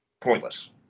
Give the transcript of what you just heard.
pointless